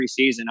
preseason